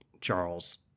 Charles